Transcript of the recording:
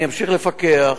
אני אמשיך לפקח,